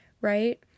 right